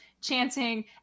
chanting